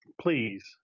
please